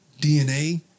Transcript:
DNA